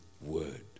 word